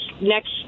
next